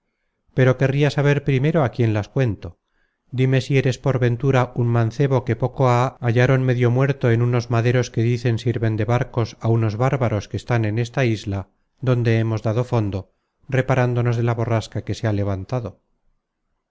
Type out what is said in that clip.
pero querria saber primero á quién las cuento dime si eres por ventura un mancebo que poco há hallaron medio muerto content from google book search generated at en unos maderos que dicen sirven de barcos á unos bárbaros que están en esta isla donde habemos dado fondo reparándonos de la borrasca que se ha levantado